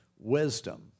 wisdom